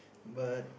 but